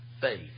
faith